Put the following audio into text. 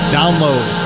download